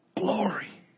glory